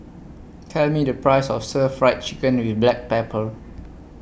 Tell Me The Price of Stir Fried Chicken with Black Pepper